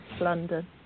London